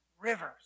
rivers